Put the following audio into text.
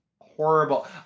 horrible